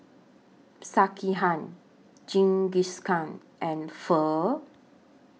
Sekihan Jingisukan and Pho